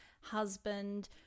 husband